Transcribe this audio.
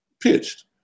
pitched